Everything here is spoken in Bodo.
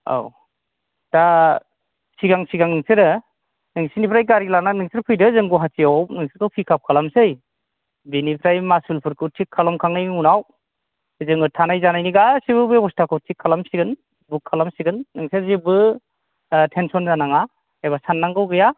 औ दा सिगां सिगां नोंसोरो नोंसिनिफ्राय गारि लानानै नोंसोर फैदो जों गुवाटियाव नोंसोरखौ पिकआप खालामसै बेनिफ्राय मासुलफोरखौ थिख खालायनायनि उनाव जोङो थानाय जानायनि गासिबो बेब'स्थाखौ थिख खालामसिगोन बुक खालामसिगोन नोंसोर जेबो टेनसन जानाङा बा सान्नांगौ गैया